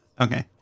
Okay